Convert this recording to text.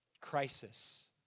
crisis